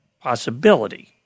possibility